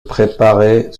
préparer